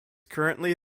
currently